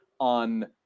on